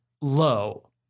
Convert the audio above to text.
low